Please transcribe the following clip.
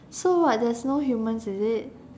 so what there's no humans is it